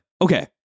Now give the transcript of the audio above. okay